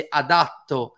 adatto